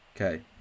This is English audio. Okay